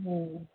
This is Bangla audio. হুম